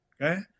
okay